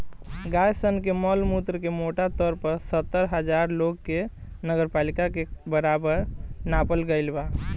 गाय सन के मल मूत्र के मोटा तौर पर सत्तर हजार लोग के नगरपालिका के बराबर नापल गईल बा